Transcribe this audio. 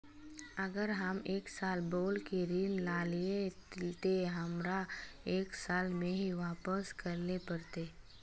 अगर हम एक साल बोल के ऋण लालिये ते हमरा एक साल में ही वापस करले पड़ते?